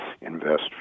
invest